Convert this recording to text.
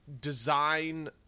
Design